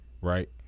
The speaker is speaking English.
Right